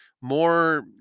more